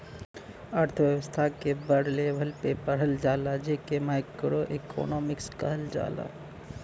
अर्थव्यस्था के बड़ लेवल पे पढ़ल जाला जे के माइक्रो एक्नामिक्स कहल जाला